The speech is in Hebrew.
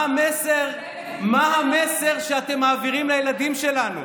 מה המסר שאתם מעבירים לילדים שלנו?